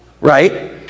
Right